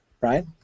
right